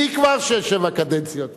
אני כבר שש-שבע קדנציות פה.